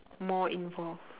more involve